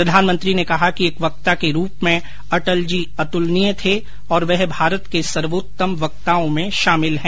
प्रधानमंत्री ने कहा कि एक वक्ता के रूप में अटल जी अतुलनीय थे और वह भारत के सर्वोत्तम वक्ताओं में शामिल हैं